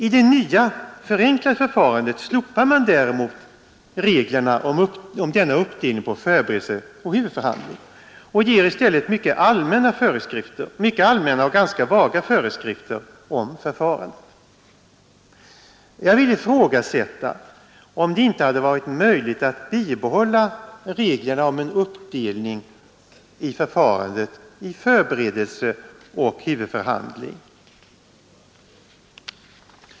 I det förenklade förfarandet slopar man reglerna om denna uppdelning på förberedelse och huvudförhandling och ger i stället mycket allmänna och ganska vaga föreskrifter om förfarandet. Jag vill ifrågasätta om det inte hade varit möjligt att behålla reglerna om en uppdelning av förfarandet i förberedelse och huvudförhandling.